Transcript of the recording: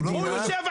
נמצא.